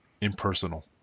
impersonal